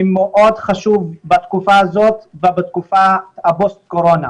זה מאוד חשוב בתקופה הזאת ובתקופת הפוסט קורונה.